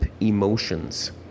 emotions